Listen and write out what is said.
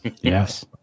Yes